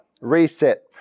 reset